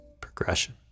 progression